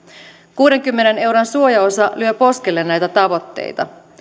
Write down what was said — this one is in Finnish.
kuudenkymmenen euron suojaosa lyö poskelle näitä tavoitteita